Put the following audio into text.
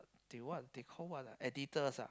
they what they call what ah editors ah